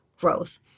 growth